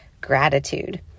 gratitude